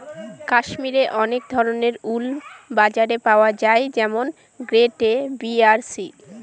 কাশ্মিরে অনেক ধরনের উল বাজারে পাওয়া যায় যেমন গ্রেড এ, বি আর সি